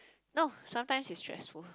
no sometimes is stressful